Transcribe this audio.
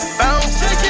bounce